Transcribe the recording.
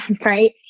right